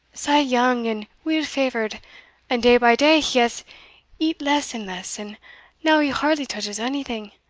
sae young and weel-favoured and day by day he has eat less and less, and now he hardly touches onything,